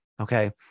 Okay